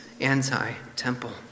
anti-temple